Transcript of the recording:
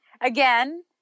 Again